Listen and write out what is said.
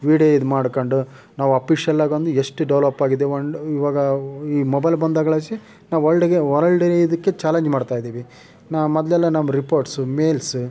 video ಇದು ಮಾಡ್ಕೊಂಡು ನಾವು ಆಪೀಶಿಯಲ್ಲಾಗೊಂದು ಎಷ್ಟು ಡೆವೆಲಪ್ಪಾಗಿದ್ದೀವಿ ಒಂದು ಇವಾಗ ಈ ಮೊಬೈಲ್ ಬಂದಾಗಳಿಸಿ ನಾವು ವರ್ಲ್ಡಿಗೆ ವರ್ಲ್ಡನ ಇದಕ್ಕೆ ಚಾಲೆಂಜ್ ಮಾಡ್ತಾಯಿದ್ದೀವಿ ನಾ ಮೊದಲೆಲ್ಲ ನಮ್ಮ ರಿಪೋರ್ಟ್ಸು ಮೇಲ್ಸ್